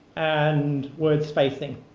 and word spacing.